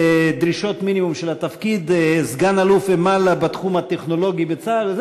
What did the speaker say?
דרישות מינימום של התפקיד: סגן-אלוף ומעלה בתחום הטכנולוגי בצה"ל.